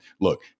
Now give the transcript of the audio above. look